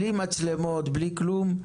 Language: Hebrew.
בלי מצלמות, בלי כלום.